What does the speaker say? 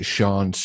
Sean